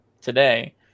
today